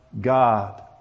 God